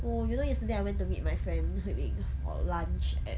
oh you know yesterday I went to meet my friend hui min for lunch at